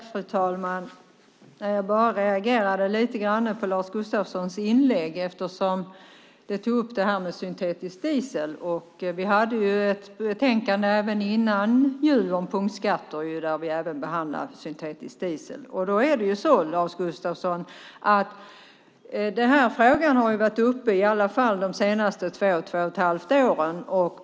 Fru talman! Jag reagerade lite på Lars Gustafssons inlägg eftersom det här med syntetisk diesel togs upp. Vi hade ett betänkande även innan jul om punktskatter där vi behandlade syntetisk diesel. Det är så, Lars Gustafsson, att den här frågan har varit uppe i alla fall de senaste två till två och ett halvt åren.